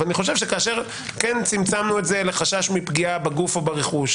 אני חושב שכאשר כן צמצמנו את זה לחשש מפגיעה בגוף או ברכוש,